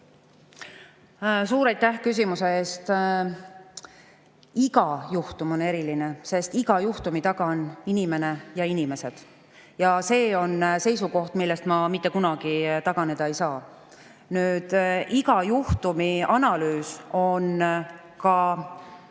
Suur aitäh küsimuse eest! Iga juhtum on eriline, sest iga juhtumi taga on inimene ja inimesed. See on seisukoht, millest ma mitte kunagi taganeda ei saa. Iga juhtumi analüüs, ka